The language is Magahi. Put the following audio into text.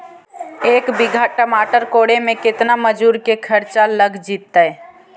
एक बिघा टमाटर कोड़े मे केतना मजुर के खर्चा लग जितै?